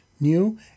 new